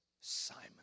Simon